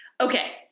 okay